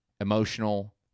emotional